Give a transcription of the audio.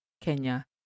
Kenya